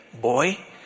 Boy